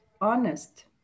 honest